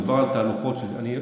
מדובר על התהלוכות, אה,